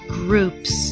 groups